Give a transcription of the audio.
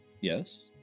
Yes